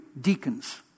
deacons